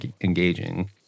engaging